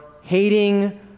hating